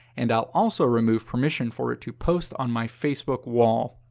and i'll also remove permission for it to post on my facebook wall.